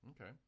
Okay